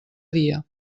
dia